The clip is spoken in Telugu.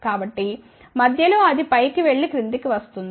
కాబట్టి మధ్య లో అది పైకి వెళ్లి క్రింది కి వస్తుంది